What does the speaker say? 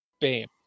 Bam